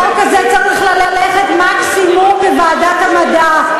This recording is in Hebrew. החוק הזה צריך ללכת מקסימום לוועדת המדע.